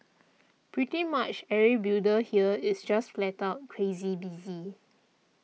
pretty much every builder here is just flat out crazy busy